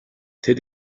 тэд